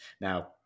Now